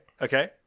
okay